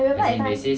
I remember that time